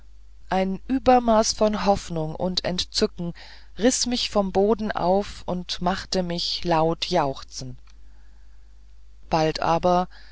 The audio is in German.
ein übermaß von hoffnung und entzücken riß mich vom boden auf und machte mich laut jauchzen bald aber